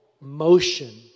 motion